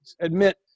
Admit